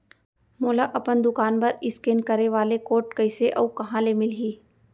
मोला अपन दुकान बर इसकेन करे वाले कोड कइसे अऊ कहाँ ले मिलही?